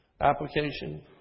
Application